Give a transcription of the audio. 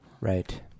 Right